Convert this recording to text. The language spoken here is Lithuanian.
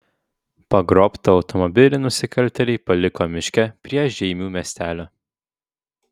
pagrobtą automobilį nusikaltėliai paliko miške prie žeimių miestelio